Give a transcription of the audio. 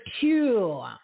two